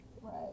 right